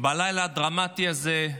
בלילה הדרמטי הזה,